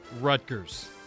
Rutgers